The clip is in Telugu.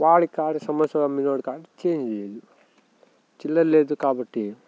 వాడి కాడ సమోసా అమ్మే వాడి కా వచ్చి చిల్లర లేదు కాబట్టి